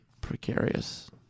precarious